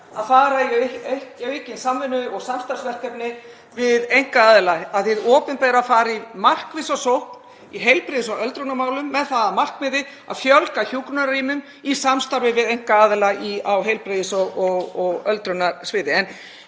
að fara í aukna samvinnu og aukin samstarfsverkefni við einkaaðila, að hið opinbera fari í markvissa sókn í heilbrigðis- og öldrunarmálum með það að markmiði að fjölga hjúkrunarrýmum í samstarfi við einkaaðila á heilbrigðis- og öldrunarsviði.